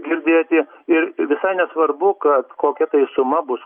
girdėti ir visai nesvarbu kad kokia tai suma bus